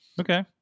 Okay